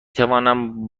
توانم